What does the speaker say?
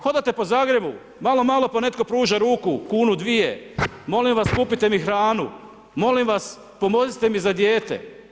Hodate po Zagrebu, malo malo pa netko pruža ruku kunu dvije, molim vas kupite mi hranu, molim vas pomozite mi za dijete.